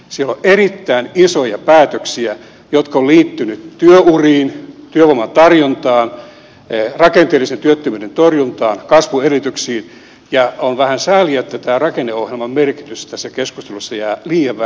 siellä on erittäin isoja päätöksiä jotka ovat liittyneet työuriin työvoiman tarjontaan rakenteellisen työttömyyden torjuntaan kasvuedellytyksiin ja on vähän sääli että tämän rakenneohjelman merkitys tässä keskustelussa jää liian vähälle huomiolle